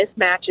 mismatches